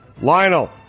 Lionel